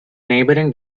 neighbouring